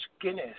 Guinness